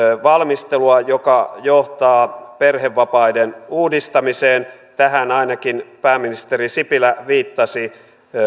valmistelua joka johtaa perhevapaiden uudistamiseen tähän ainakin pääministeri sipilä viittasi